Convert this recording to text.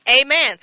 amen